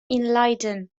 leiden